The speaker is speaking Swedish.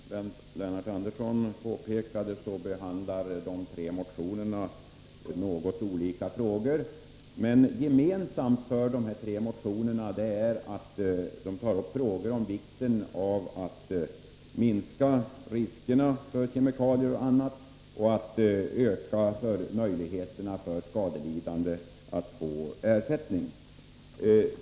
Herr talman! Som Lennart Andersson påpekade behandlas i de tre motionerna något olika frågor. Men gemensamt för motionerna är att där understryks vikten av att minska riskerna för kemikalier och annat skadligt och att öka möjligheterna för skadelidande att få ersättning.